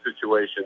situation